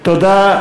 תודה.